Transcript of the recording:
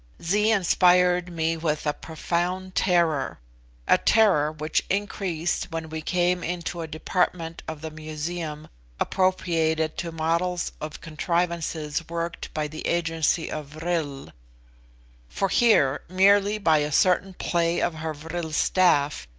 zee inspired me with a profound terror a terror which increased when we came into a department of the museum appropriated to models of contrivances worked by the agency of vril for here, merely by a certain play of her vril staff,